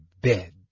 bed